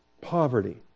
poverty